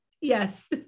Yes